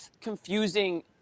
confusing